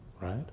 right